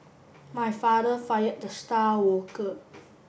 my father fired the star worker